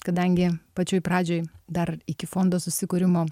kadangi pačioj pradžioj dar iki fondo susikūrimo